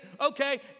okay